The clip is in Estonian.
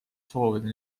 soovida